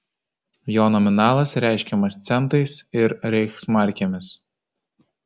jo nominalas reiškiamas centais ir reichsmarkėmis